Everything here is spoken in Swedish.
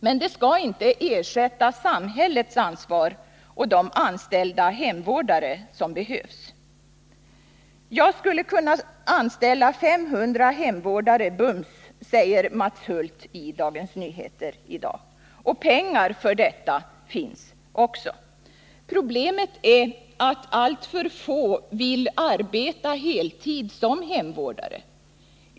Men det skall inte ersätta samhällets ansvar och de anställda hemvårdare som behövs. Jag skulle kunna anställa hemvårdare bums, säger Mats Hulth i Dagens Nyheter i dag. Pengar för detta finns också. Problemet är att alltför få vill arbeta heltid som hemvårdare.